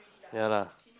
yeah lah